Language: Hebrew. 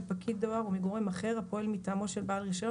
מפקיד דואר או מגורם אחר הפועל מטעמו של בעל רישיון